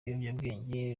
ibiyobyabwenge